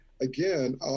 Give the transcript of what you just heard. again